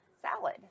salad